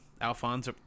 Alphonse